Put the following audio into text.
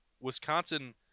Wisconsin